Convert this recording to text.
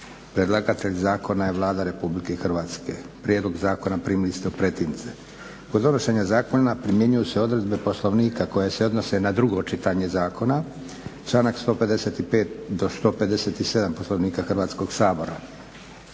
Predlagatelj zakona je Vlada RH. Prijedlog zakona primili ste u pretince. Kod donošenja zakona primjenjuju se odredbe Poslovnika koje se odnose na drugo čitanje zakona članak 155.do 157. Poslovnika Hrvatskog sabora.